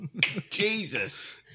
Jesus